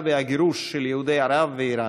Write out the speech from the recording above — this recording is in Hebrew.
והגירוש של היהודים מארצות ערב ואיראן.